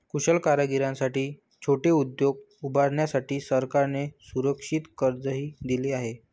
कुशल कारागिरांसाठी छोटे उद्योग उभारण्यासाठी सरकारने असुरक्षित कर्जही दिले आहे